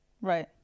Right